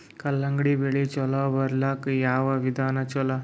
ಕಲ್ಲಂಗಡಿ ಬೆಳಿ ಚಲೋ ಬರಲಾಕ ಯಾವ ವಿಧಾನ ಚಲೋ?